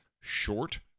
short